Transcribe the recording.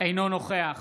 אינו נוכח